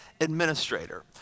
administrator